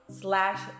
slash